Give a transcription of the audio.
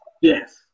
Yes